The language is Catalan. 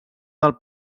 del